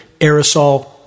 aerosol